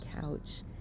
couch